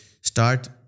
start